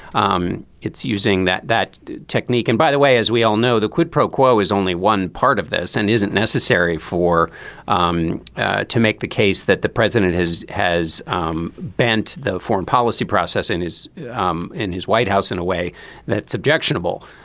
um it's using that that technique. and by the way as we all know the quid pro quo is only one part of this and isn't necessary for him um to make the case that the president has has um bent the foreign policy process in his um in his white house in a way that's objectionable.